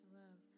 love